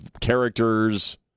characters